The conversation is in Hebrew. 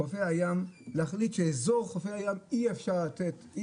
חופי הים להחליט שאזור חופי הים אי אפשר לתת אי